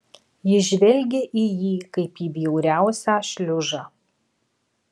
ji žvelgė į jį kaip į bjauriausią šliužą